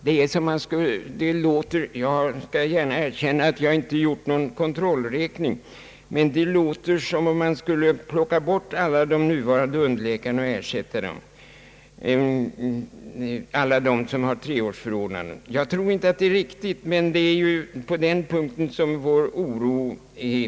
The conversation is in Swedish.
Jag skall gärna erkänna att jag inte gjort någon kontrollräkning, men det låter som om man skulle plocka bort alla de nuvarande underläkarna och ersätta dem med läkare i vidareutbildning med högst 4—6 månaders utbildning. Jag tror inte detta är riktigt, men det är i alla fall vad som utlöst vår oro.